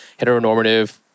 heteronormative